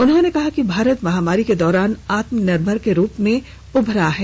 उन्होंने कहा कि भारत महामारी के दौरान आत्मनिर्भर के रूप में उभरा है